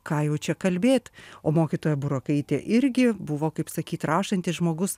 ką jau čia kalbėt o mokytoja burokaitė irgi buvo kaip sakyt rašantis žmogus